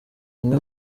zimwe